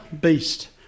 beast